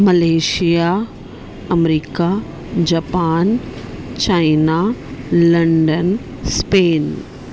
Malaysia America Japan China London Spain